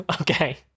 Okay